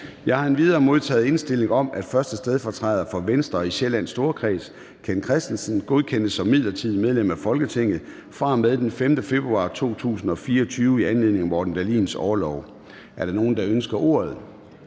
Jeg har endvidere modtaget indstilling om, at 1. stedfortræder for Venstre i Sjællands Storkreds, Ken Kristensen, godkendes som midlertidigt medlem af Folketinget fra og med den 5. februar 2024 i anledning af Morten Dahlins orlov. Er der nogen, der ønsker ordet?